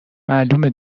معلومه